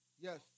Yes